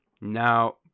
Now